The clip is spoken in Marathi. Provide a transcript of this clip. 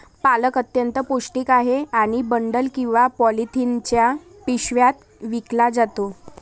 पालक अत्यंत पौष्टिक आहे आणि बंडल किंवा पॉलिथिनच्या पिशव्यात विकला जातो